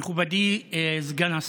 מכובדי סגן השר,